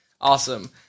Awesome